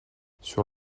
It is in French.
sur